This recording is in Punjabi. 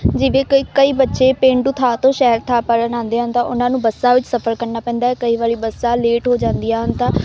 ਜਿਵੇਂ ਕਿ ਕਈ ਬੱਚੇ ਪੇਂਡੂ ਥਾਂ ਤੋਂ ਸ਼ਹਿਰ ਥਾਂ ਪੜ੍ਹਨ ਆਉਂਦੇ ਹਨ ਤਾਂ ਉਹਨਾਂ ਨੂੰ ਬੱਸਾਂ ਵਿੱਚ ਸਫ਼ਰ ਕਰਨਾ ਪੈਂਦਾ ਹੈ ਕਈ ਵਾਰੀ ਬੱਸਾਂ ਲੇਟ ਹੋ ਜਾਂਦੀਆਂ ਹਨ ਤਾਂ